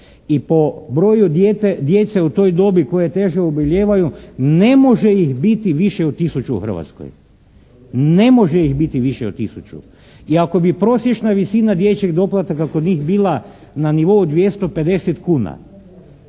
i po broju djece u toj dobi koja teže obolijevaju ne može ih biti više od tisuću u Hrvatskoj. I ako bi prosječna visina dječjeg doplatka kod njih bila na nivou 250 kuna.